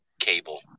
cable